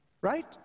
right